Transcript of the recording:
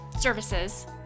services